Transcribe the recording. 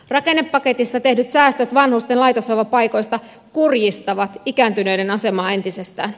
rakennepaketissa tehdyt säästöt vanhusten laitoshoivapaikoista kurjistavat ikääntyneiden asemaa entisestään